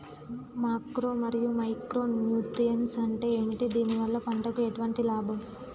Macro మరియు micro nutrients అంటే ఏమిటి? దీనివల్ల పంటకు ఎటువంటి లాభం?